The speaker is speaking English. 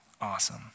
Awesome